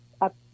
up